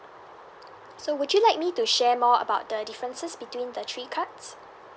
so would you like me to share more about the differences between the three cards